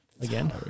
again